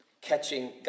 Catching